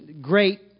great